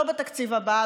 לא בתקציב הבא,